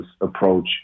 approach